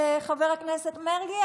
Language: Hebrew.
חבר הכנסת מרגי,